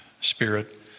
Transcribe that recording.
spirit